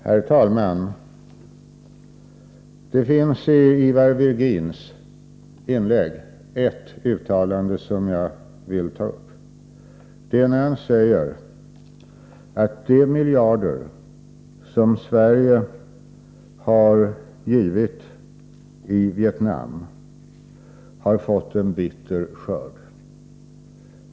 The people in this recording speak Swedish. Herr talman! Det är ett uttalande i Ivar Virgins inlägg som jag vill ta upp. Han säger att de miljarder som Sverige har givit till Vietnam har fått en bitter skörd.